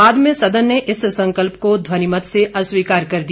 बाद में सदन ने इस संकल्प को ध्वनिमत से अस्वीकार कर दिया